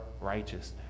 righteousness